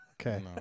Okay